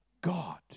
God